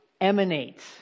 emanates